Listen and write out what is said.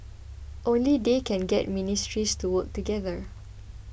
only they can get ministries to work together